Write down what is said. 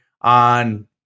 on